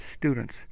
students